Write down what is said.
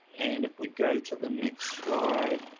and if we go to the next slide,